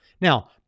Now